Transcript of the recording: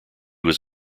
was